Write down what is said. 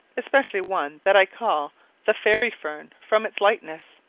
especially one that i call the fairy fern, from its lightness.